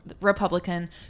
Republican